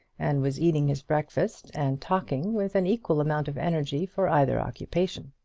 and was eating his breakfast and talking with an equal amount of energy for either occupation.